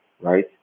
right